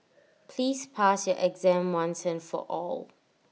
please pass your exam once and for all